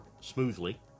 smoothly